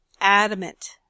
adamant